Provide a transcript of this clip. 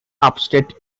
upstate